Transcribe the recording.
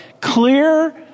clear